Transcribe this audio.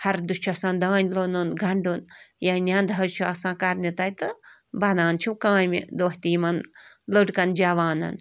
ہَردٕ چھُ آسان دانہِ لوٚنُن گَنٛڈُن یا نٮ۪نٛدٕ حظ چھِ آسان کَرنہِ تَتہِ تہٕ بنان چھُو کامہِ دۄہ تہِ یِمَن لٔڑکَن جوانَن